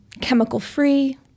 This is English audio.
chemical-free